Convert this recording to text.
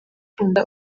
gukunda